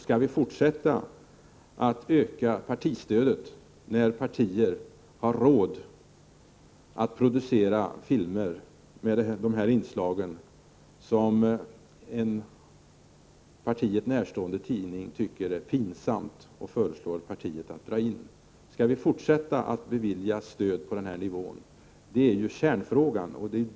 Skall vi fortsätta att öka partistödet när partier har råd att producera material som denna film, med inslag som en partiet närstående tidning tycker är pinsamma och därför föreslår partiet att filmen skall dras in? Skall vi fortsätta att bevilja stöd på nuvarande nivå? Det är kärnfrågan.